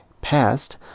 past